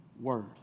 word